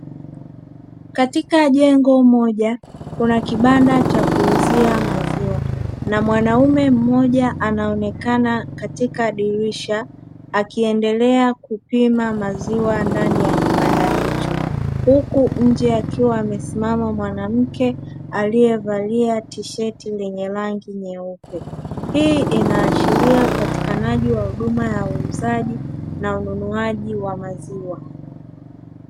Katika jengo moja kuna kibanda cha kuuzia maziwa na mwanaume mmoja anaonekana katika dirisha akiendelea kupima maziwa ndani ya kibanda hicho. Huku nje akiwa amesimama mwanamke aliyevalia tisheti lenye rangi nyeupe. Hii inaashiria upatikanaji wa huduma ya uuzaji na ununuaji wa maziwa.